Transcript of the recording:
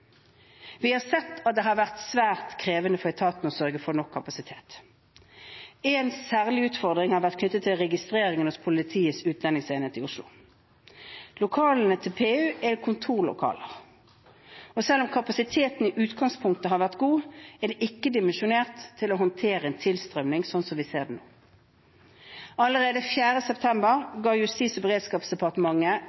Vi har sett at det har vært svært krevende for etaten å sørge for nok kapasitet. En særlig utfordring har vært knyttet til registreringen hos Politiets utlendingsenhet i Oslo. Lokalene til PU er et kontorlokale, og selv om kapasiteten i utgangspunktet har vært god, er den ikke dimensjonert for å håndtere en tilstrømning som vi ser nå. Allerede 4. september ga Justis- og beredskapsdepartementet